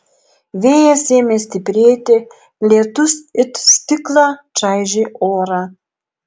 vėjas ėmė stiprėti lietus it stiklą čaižė orą